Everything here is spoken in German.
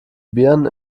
birnen